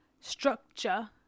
structure